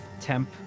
temp